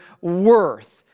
worth